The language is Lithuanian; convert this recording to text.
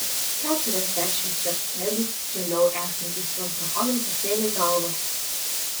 keturiasdešimčia pėdų žemiau esantys jos drakonai pakėlė galvas